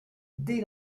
dès